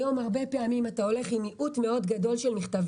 היום הרבה פעמים אתה הולך עם מיעוט של מכתבים,